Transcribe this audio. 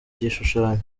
gishushanyo